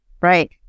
right